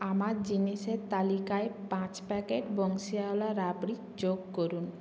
আমার জিনিসের তালিকায় পাঁচ প্যাকেট বংশীওয়ালা রাবড়ি যোগ করুন